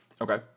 Okay